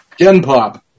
Genpop